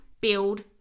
build